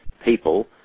people